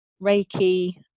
Reiki